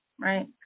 right